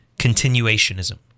Continuationism